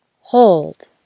Hold